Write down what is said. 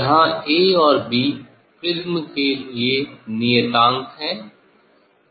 यहाँ ए और B prism के लिए नियतांक हैं